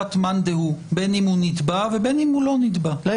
לשיטת מאן דהוא, בין אם נתבע ובין אם לאו